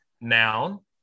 noun